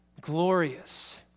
Glorious